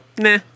nah